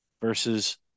versus